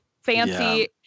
fancy